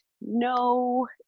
no